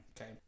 okay